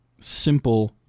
simple